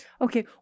Okay